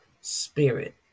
spirit